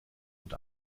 und